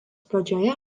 pradžioje